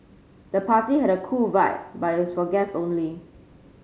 the party had a cool vibe but was for guest only